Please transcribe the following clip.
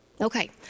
Okay